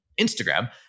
Instagram